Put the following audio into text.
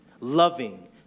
loving